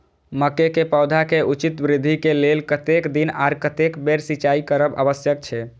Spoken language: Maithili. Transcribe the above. मके के पौधा के उचित वृद्धि के लेल कतेक दिन आर कतेक बेर सिंचाई करब आवश्यक छे?